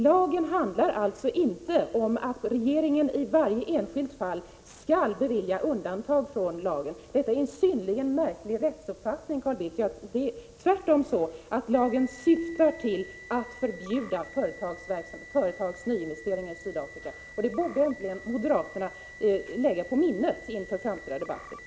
Lagen innebär alltså inte att regeringen i varje enskilt fall skall bevilja undantag från den. Detta är en synnerligen märklig rättsuppfattning, Carl Bildt. Det är tvärtom så att lagen syftar till att förbjuda företags nyinvesteringar i Sydafrika. Det borde äntligen moderaterna lägga på minnet inför framtida debatter.